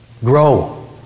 grow